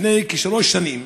לפני כשלוש שנים,